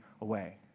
away